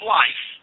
life